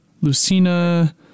Lucina